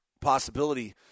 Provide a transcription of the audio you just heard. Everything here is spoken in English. possibility